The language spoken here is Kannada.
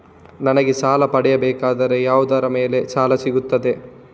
ನನಗೆ ಸಾಲ ಪಡೆಯಬೇಕಾದರೆ ಯಾವುದರ ಮೇಲೆ ಸಾಲ ಸಿಗುತ್ತೆ?